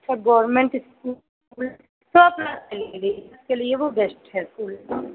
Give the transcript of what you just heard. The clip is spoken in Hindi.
सब गोवर्मेंट इस्कूल इस्कूल इसके लिए वो बेस्ट है वो इस्कूल